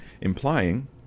implying